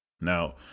Now